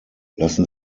lassen